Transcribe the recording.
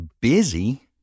busy